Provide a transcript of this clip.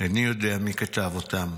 איני יודע מי כתב אותם.